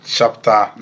Chapter